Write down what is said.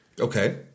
Okay